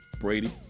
Brady